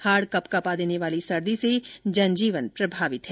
हाड़ कंपकंपाने वाली सर्दी से जन जीवन प्रभावित है